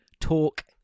Talk